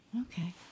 Okay